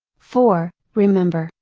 for, remember,